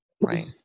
Right